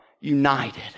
united